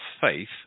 faith